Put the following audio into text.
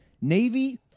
Navy